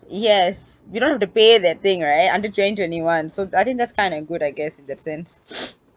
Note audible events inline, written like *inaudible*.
yes you don't have to pay that thing right under twenty twenty one so I think that's kinda good I guess in that sense *noise*